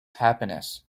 happiness